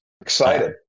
Excited